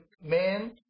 man